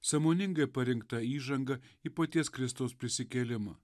sąmoningai parinkta įžanga į paties kristaus prisikėlimą